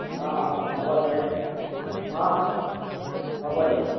অঁ হ'ব দিয়া অঁ বাই বাই হ'ব দিয়া অঁ